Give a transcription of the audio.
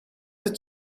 het